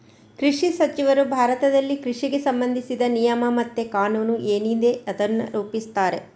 ಕೃಷಿ ಸಚಿವರು ಭಾರತದಲ್ಲಿ ಕೃಷಿಗೆ ಸಂಬಂಧಿಸಿದ ನಿಯಮ ಮತ್ತೆ ಕಾನೂನು ಏನಿದೆ ಅದನ್ನ ರೂಪಿಸ್ತಾರೆ